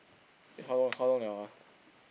eh how long how long [liao] ah